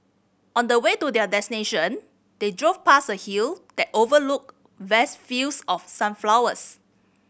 on the way to their destination they drove past a hill that overlooked vast fields of sunflowers